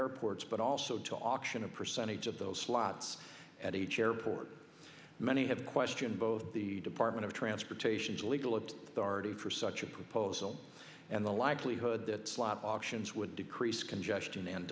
airports but also to auction a percentage of those slots at each airport many have questioned both the department of transportation's legal it started for such a proposal and the likelihood that slot options would decrease congestion and